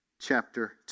chapter